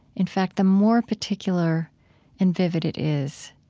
in fact, the more particular and vivid it is,